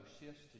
shifts